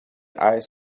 eyes